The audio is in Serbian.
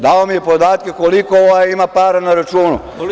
Dao mi je podatke koliko ovaj ima para na računu.